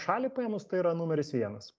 šalį paėmus tai yra numeris vienas